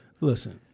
Listen